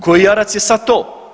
Koji jarac je sad to?